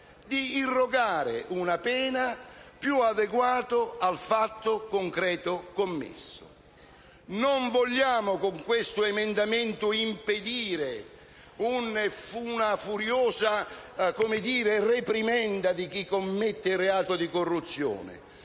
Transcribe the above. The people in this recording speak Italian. di irrogare una pena più adeguata al fatto concreto commesso. Con l'emendamento in esame non vogliamo impedire una furiosa reprimenda di chi commette il reato di corruzione.